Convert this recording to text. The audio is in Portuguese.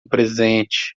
presente